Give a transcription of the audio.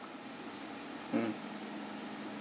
mm